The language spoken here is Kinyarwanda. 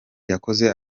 yakoze